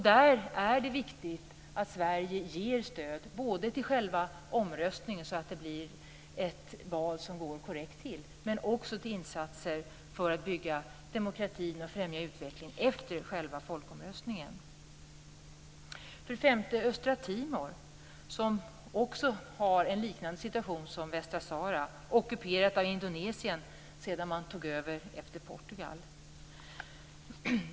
Här är det viktigt att Sverige ger stöd - både till själva omröstningen, så att det blir ett val som går korrekt till, och till insatser för att bygga demokratin och främja utvecklingen efter själva folkomröstningen. Östra Timor har en liknande situation som Västra Sahara. Det är ockuperat av Indonesien, som tog över efter Portugal.